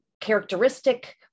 characteristic